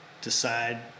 decide